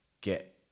get